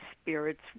spirits